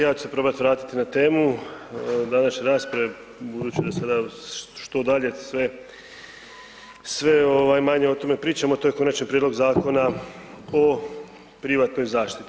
Ja ću se probati vratiti na temu današnje rasprave budući da se što dalje sve, sve manje o tome pričamo, a to je Konačni prijedlog Zakona o privatnoj zaštiti.